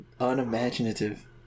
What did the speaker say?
Unimaginative